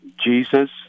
Jesus